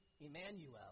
Emmanuel